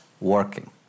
working